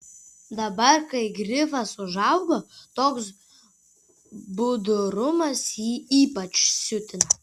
dabar kai grifas užaugo toks budrumas jį ypač siutino